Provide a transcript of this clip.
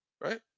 right